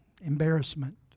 embarrassment